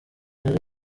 yari